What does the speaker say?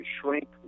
shrink